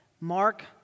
Mark